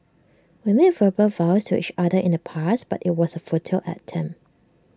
we made verbal vows to each other in the past but IT was A futile attempt